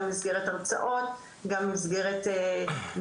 גם במסגרת הרצאות,